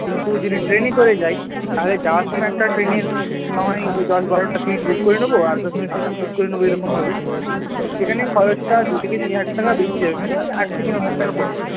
কিন্তু যদি ট্রেনে করে যাই তাহলে যাওয়ার সময় একটা ট্রেনের না হয় ওই দশ বারোটা সিট বুক করে নেব আর প্রথমে সিট বুক করে নেব এরকমভাবে সেখানে খরচটা দু থেকে তিন হাজার টাকা বেশি হবে মানে ওই আট থেকে নহাজার টাকা পড়ে যাবে